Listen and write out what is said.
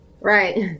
right